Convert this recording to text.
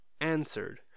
answered